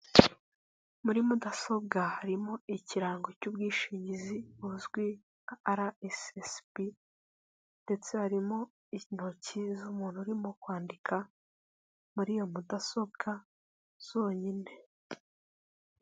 Muri mudasobwa harimo ikirango cy'ubwishingizi buzwi nka RSSB ndetse harimo intoki z'umuntu urimo kwandika muri iyo mudasobwa zonyine.